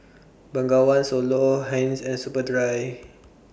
Bengawan Solo Heinz and Superdry